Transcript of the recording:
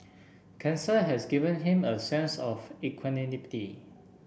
cancer has given him a sense of equanimity